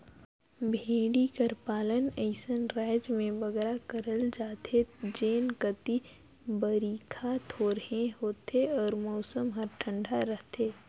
भेंड़ी कर पालन अइसन राएज में बगरा करल जाथे जेन कती बरिखा थोरहें होथे अउ मउसम हर ठंडा रहथे